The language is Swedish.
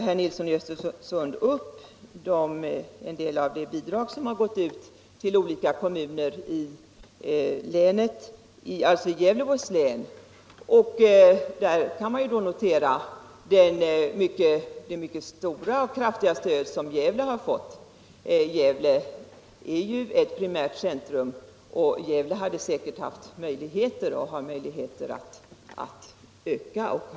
Herr Nilsson i Östersund räknade upp en del av de bidrag som har gått ut till olika kommuner i Gävleborgs län. Man kan notera det mycket kraftiga stöd som Gävle har fått. Gävle är ett primärt centrum och har en naturlig växtkraft i sig. — Gävle har också ökat sin befolkning 1974 till skillnad från alla de övriga kommunerna i Gästrikland.